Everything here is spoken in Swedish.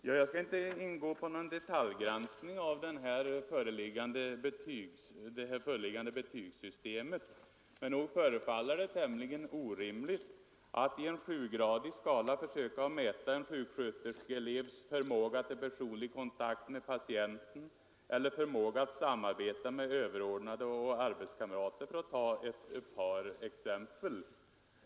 Herr talman! Jag skall inte gå in på någon detaljgranskning av det föreliggande betygssystemet, men nog förefaller det tämligen orimligt att i en sjugradig skala försöka mäta en sjuksköterskeelevs ”förmåga till personlig kontakt med patienten” eller ”förmåga att samarbeta med överordnade och arbetskamrater”, för att ta ett par exempel.